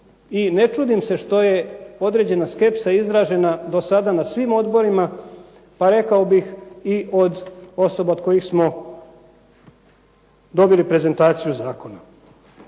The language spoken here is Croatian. i ne čudim se što je određena skepsa izražena do sada na svim odborima, pa rekao bih i od osoba od kojih smo dobili prezentaciju zakona.